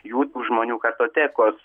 jų tų žmonių kartotekos